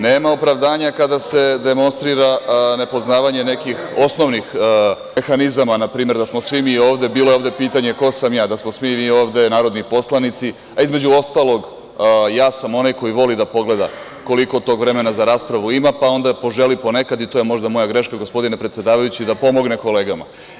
Nema opravdanja kada se demonstrira nepoznavanje nekih osnovnih mehanizama, npr. da smo svi mi ovde, bilo je pitanje ko sam ja, narodni poslanici, a između ostalog, ja sam onaj ko voli da pogleda koliko tog vremena za raspravu ima, pa onda poželi nekad, a to je možda moja greška, gospodine predsedavajući, da pomogne kolegama.